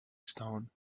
stone